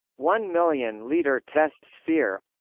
one-million-liter test sphere